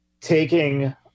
taking